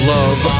Love